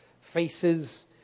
faces